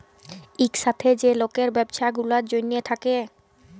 ইকসাথে যে লকের ব্যবছা গুলার জ্যনহে থ্যাকে